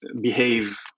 behave